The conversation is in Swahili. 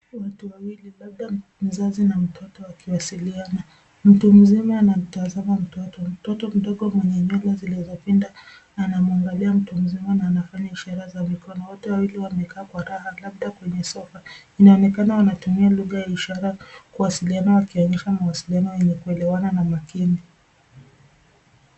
Watu wawili labda mzazi na mtoto wakiwasiliana. Mtu mzima anamtazama mtoto, mtoto mdogo mwenye nywele zilizopinda anamwangalia mtu mzima na anafanya ishara za mikono. Wote wawili wamekaa kwa raha labda kwenye sofa. Inaonekana wanatumia lugha ya ishara kuwasiliana, wakionyesha mawasiliano yenye kuelewana na makini.